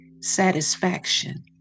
satisfaction